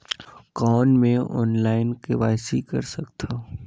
कौन मैं online KYC कर सकथव?